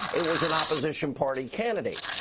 it was an opposition party candidate.